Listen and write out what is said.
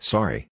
Sorry